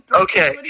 okay